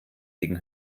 gegen